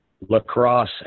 lacrosse